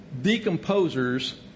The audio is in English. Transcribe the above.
decomposers